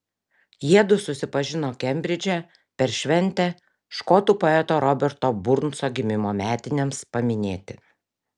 jiedu susipažino kembridže per šventę škotų poeto roberto burnso gimimo metinėms paminėti